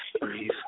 breathe